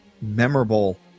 memorable